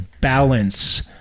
balance